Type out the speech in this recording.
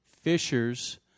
Fishers